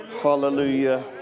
Hallelujah